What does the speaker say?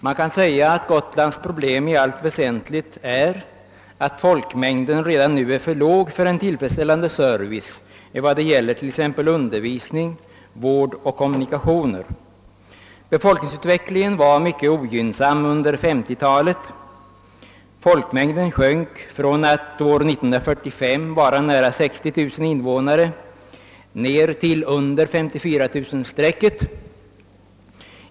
Man kan säga att Gotlands problem 1 allt väsentligt består i att folkmängden redan nu är för låg för en tillfredsställande service vad beträffar t.ex. undervisning, vård och kommunikationer. Befolkningsutvecklingen var mycket ogynnsam under 1950-talet. Folkmängden sjönk från att 1945 ha varit nära 60 000 invånare ned till under 54 000-strecket.